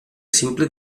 simple